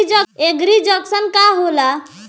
एगरी junction का होला?